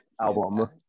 album